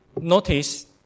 Notice